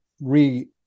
re